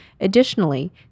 Additionally